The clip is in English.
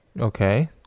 Okay